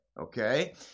okay